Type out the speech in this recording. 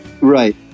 Right